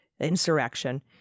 Insurrection